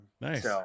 Nice